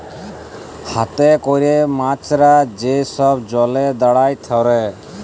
হাতে ক্যরে মেছরা যে ছব জলে দাঁড়ায় ধ্যরে